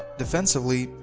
defensively,